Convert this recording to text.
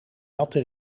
natte